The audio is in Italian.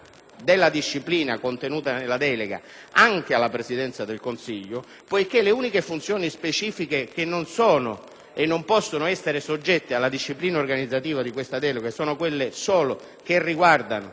della disciplina contenuta nella delega anche alla Presidenza del Consiglio. Le uniche funzioni specifiche, infatti, che non sono e non possono essere soggette alla disciplina organizzativa di questa delega, sono solo quelle che riguardano